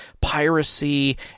piracy